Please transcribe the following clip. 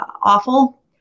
awful